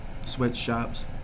sweatshops